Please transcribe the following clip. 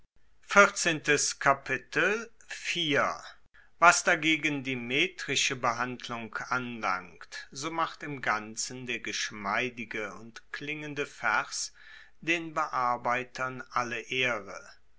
was dagegen die metrische behandlung anlangt so macht im ganzen der geschmeidige und klingende vers den bearbeitern alle ehre